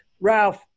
Ralph